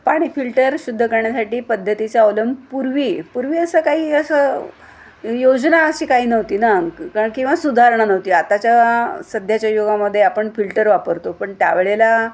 पाणी फिल्टर शुद्ध करण्यासाठी पद्धतीचा अवलंब पूर्वी पूर्वी असं काही असं योजना अशी काही नव्हती ना कारण किंवा सुधारणा नव्हती आताच्या सध्याच्या युगामध्ये आपण फिल्टर वापरतो पण त्यावेळेला